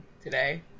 today